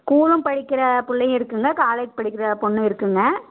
ஸ்கூலும் படிக்கிற பிள்ளையும் இருக்குங்க காலேஜ் படிக்கிற பொண்ணும் இருக்குங்க